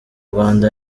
rwanda